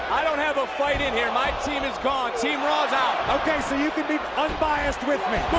i don't have a fight in here my team is gone, team raw's out. okay, so you can be unbiased with me.